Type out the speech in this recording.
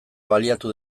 baliatu